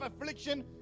affliction